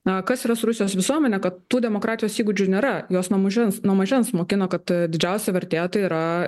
na kas yra su rusijos visuomene kad tų demokratijos įgūdžių nėra jos nuo mažens nuo mažens mokino kad didžiausia vertė tai yra